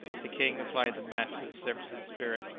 the king applied the match to the surface of the spirit.